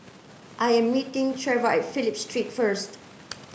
I am meeting Treva at Phillip Street first